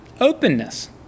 openness